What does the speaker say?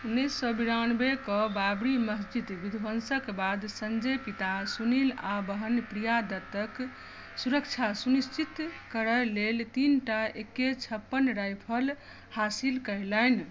उन्नीस सौए विरानबेक बाबरी मस्जिद विध्वंसक बाद संजय पिता सुनील आ बहन प्रिया दत्तक सुरक्षा सुनिश्चित करय लेल तीनटा एके छप्पन राइफल हासिल कयलनि